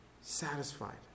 satisfied